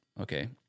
okay